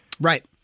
Right